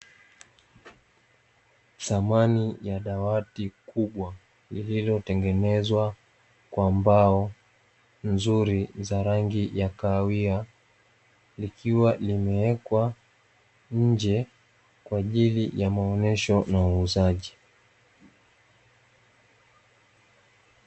Samani ya dawati kubwa, lililotengenezwa kwa mbao nzuri yenye rangi ya kahawia, likiwa limewekwa nje kwa ajili ya maonyesho ya uuzaji.